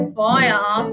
fire